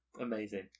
Amazing